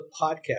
podcast